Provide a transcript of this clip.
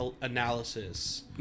analysis